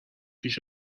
پیش